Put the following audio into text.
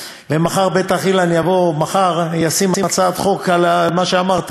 ומחר בטח אילן יבוא וישים הצעת חוק על מה שאמרת,